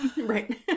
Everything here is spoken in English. Right